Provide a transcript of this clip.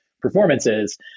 performances